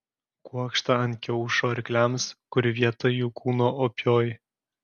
kuokštą ant kiaušo arkliams kur vieta jų kūno opioji